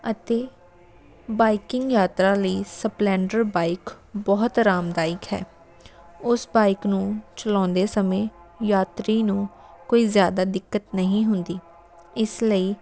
ਅਤੇ ਬਾਈਕਿੰਗ ਯਾਤਰਾ ਲਈ ਸਪਲੈਂਡਰ ਬਾਈਕ ਬਹੁਤ ਆਰਾਮਦਾਇਕ ਹੈ ਉਸ ਬਾਈਕ ਨੂੰ ਚਲਾਉਂਦੇ ਸਮੇਂ ਯਾਤਰੀ ਨੂੰ ਕੋਈ ਜ਼ਿਆਦਾ ਦਿੱਕਤ ਨਹੀਂ ਹੁੰਦੀ ਇਸ ਲਈ